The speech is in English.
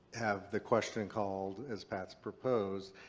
have the question called as pat's proposed.